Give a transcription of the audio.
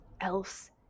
else